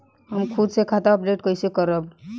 हम खुद से खाता अपडेट कइसे करब?